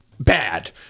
bad